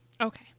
Okay